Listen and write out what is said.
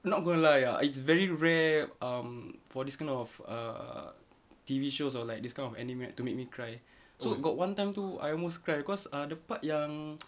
not gonna lie ah it's very rare um for this kind of err T_V shows or like this kind of anime to make me cry so got one time too I almost cried cause ah the part yang